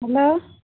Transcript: hello